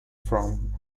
from